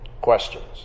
Questions